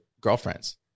girlfriends